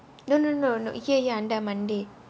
no no no no here here under monday